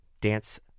dance